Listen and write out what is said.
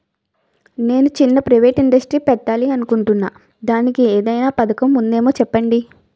నేను చిన్న private industry పెట్టాలి అనుకుంటున్నా దానికి ఏదైనా పథకం ఉందేమో చెప్పండి?